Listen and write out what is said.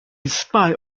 spite